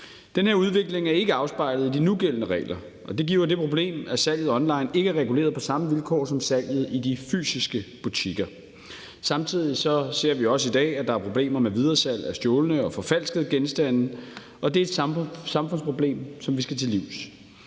Den her udvikling er ikke afspejlet i de nugældende regler, og det giver jo det problem, at salget online ikke er reguleret på samme vilkår som salget i de fysiske butikker. Samtidig ser vi også i dag, at der er problemer med videresalg af stjålne og forfalskede genstande, og det er et samfundsproblem, som vi skal til livs.